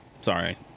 sorry